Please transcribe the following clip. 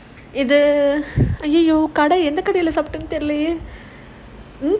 இது:ithu !aiyoyo! கடை எந்த கடைல சாப்பிட்டோம்னு தெரிலையே:kadai endha kadaila saaptomnu therilayae